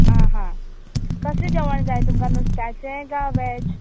आं हां कसले जेवण जाय तुमकां नुस्त्यांचें का वेज